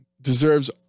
deserves